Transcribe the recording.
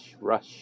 rush